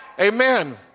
Amen